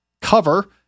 cover